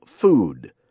food